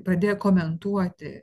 pradėję komentuoti